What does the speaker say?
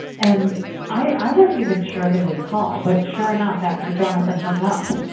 and i wasn't even sure they would call. but sure enough, after jonathan hung up,